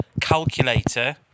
calculator